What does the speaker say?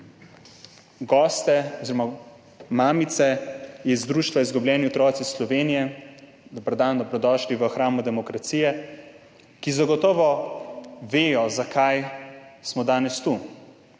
goste oziroma mamice iz društva Izgubljeni otroci Slovenije, dober dan, dobrodošli v hramu demokracije, ki zagotovo vedo, zakaj smo danes tu.